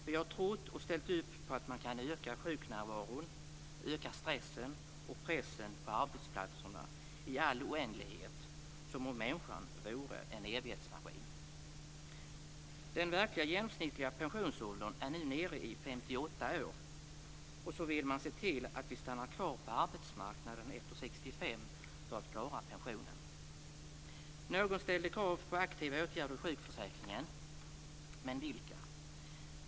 Vi har trott och ställt upp på att man kan öka sjuknärvaron, öka stressen och pressen på arbetsplatserna i all oändlighet, som om människan vore en evighetsmaskin. Den verkliga genomsnittliga pensionsåldern är nu nere i 58 år. Samtidigt vill man nu se till att vi stannar kvar på arbetsmarknaden efter 65 för att klara pensionen. Någon har ställt krav på aktiva åtgärder i sjukförsäkringen, men vilka?